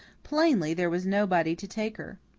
plainly there was nobody to take her.